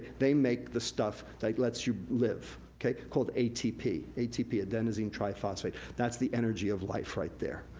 they make the stuff that lets you live. called atp, atp, adenosine triphosphate, that's the energy of life, right there.